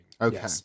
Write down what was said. Okay